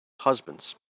husbands